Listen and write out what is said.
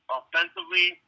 offensively